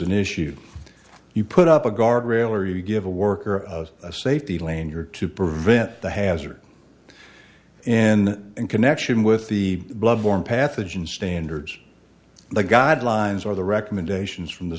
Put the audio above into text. an issue you put up a guardrail or you give a worker of a safety lane you're to prevent the hazard in connection with the blood borne pathogens standards the guidelines or the recommendations from the